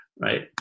right